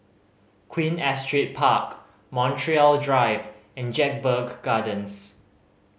Queen Astrid Park Montreal Drive and Jedburgh Gardens